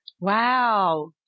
Wow